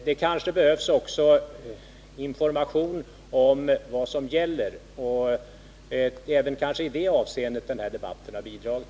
Det kanske även behövs information om vad som gäller, och även i det avseendet kanske den här debatten har bidragit.